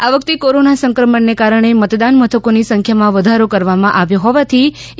આ વખતે કોરોના સંક્રમણને કારણે મતદાનમથકોની સંખ્યામાં વધારો કરવામાં આવ્યો હોવાથી ઈ